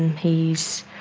he's